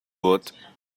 but